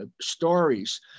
stories